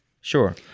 sure